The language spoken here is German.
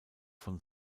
von